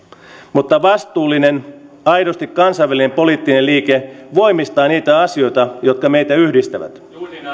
mutta vastuullinen aidosti kansainvälinen poliittinen liike voimistaa niitä asioita jotka meitä yhdistävät